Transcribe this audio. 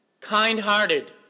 kind-hearted